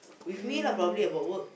with me lah probably about work